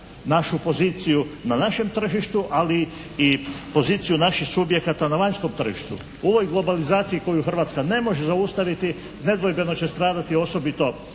našu poziciju na našem tržištu, ali i poziciju naših subjekata na vanjskom tržištu. U ovoj globalizaciji koju Hrvatska ne može zaustaviti nedvojbeno će stradati osobito